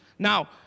Now